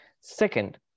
Second